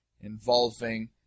involving